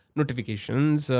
notifications